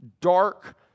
dark